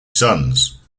sons